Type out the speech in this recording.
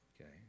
okay